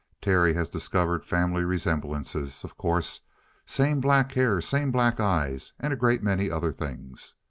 terry has discovered family resemblances, of course same black hair, same black eyes, and a great many other things.